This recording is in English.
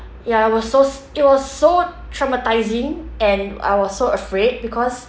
ya I was so s~ it was so traumatising and I was so afraid because